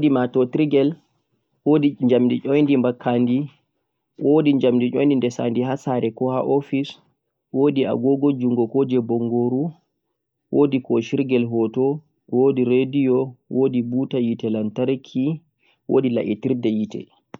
wodi TV, wodi matotirgel, wodi njamdi yundi bankadi, wodi njamdi yundi desadi ha sare koh office, wodi agogo jungo koh je bongoru, wodi koshirgel hoto, wodi buta lantarki, wodi radio, wodi la'etirde yite